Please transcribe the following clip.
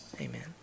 amen